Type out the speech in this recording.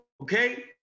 Okay